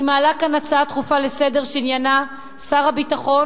אני מעלה כאן הצעה דחופה לסדר-היום שעניינה: שר הביטחון